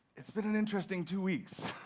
it's been an interesting two weeks.